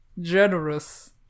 generous